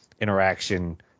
interaction